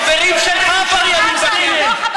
החברים שלך עבריינים בכלא.